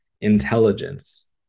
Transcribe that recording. intelligence